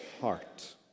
heart